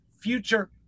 future